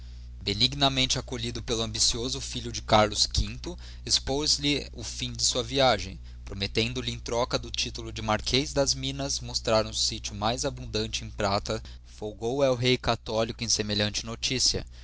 brasil benignamente acolhido pelo ambicioso filho de carlos v expoz lhe o fim de sua viagem promettendo lhe era troca do titulo de marquez das minas mostrar um sitio mais abundante em prata do que a biscaya em ferro folgou el-rei catholico em semelhante noticia